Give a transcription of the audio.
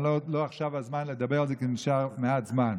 אבל לא עכשיו הזמן לדבר על זה, כי נשאר מעט זמן.